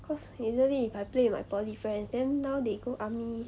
cause usually if I play with my poly friends then now they go army